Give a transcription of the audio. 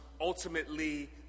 ultimately